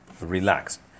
relaxed